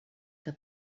que